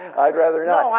i'd rather not.